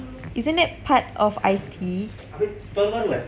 isn't that part of I_T